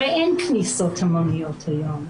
הרי אין כניסות המוניות היום.